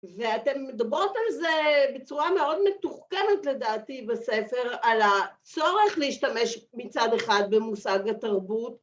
ואתם מדברות על זה בצורה מאוד מתוחכמת לדעתי בספר על הצורך להשתמש מצד אחד במושג התרבות